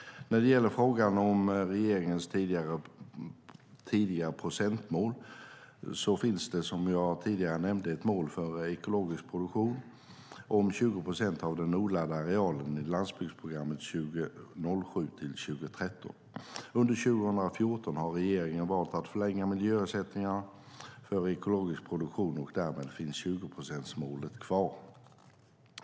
När det gäller frågan om regeringens tidigare procentmål finns det som jag tidigare nämnde ett mål i landsbygdsprogrammet för ekologisk produktion om 20 procent av den odlade arealen 2007-2013. Under 2014 har regeringen valt att förlänga miljöersättningen för ekologisk produktion, och därmed finns 20-procentsmålet kvar.